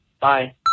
Bye